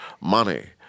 money